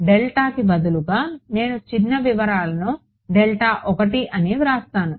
కాబట్టి డెల్టాకు బదులుగా నేను చిన్న వివరాలను డెల్టా 1 అని వ్రాస్తాను